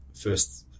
first